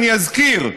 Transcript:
אני אזכיר,